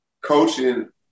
Coaching